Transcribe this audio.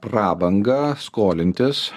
prabangą skolintis